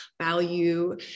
value